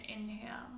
inhale